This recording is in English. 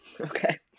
Okay